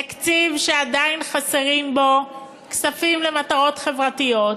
תקציב שעדיין חסרים בו כספים למטרות חברתיות,